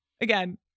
again